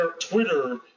Twitter